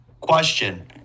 Question